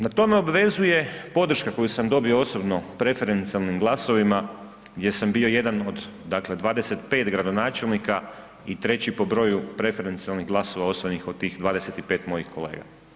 Na to me obvezuje podrška koju sam dobio osobno preferencijalnim glasovima gdje sam bio jedan od dakle 25 gradonačelnika i 3 po broju preferencijalnih glasova osvojenih od tih 25 mojih kolega.